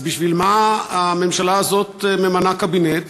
אז בשביל מה הממשלה הזאת ממנה קבינט,